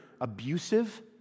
abusive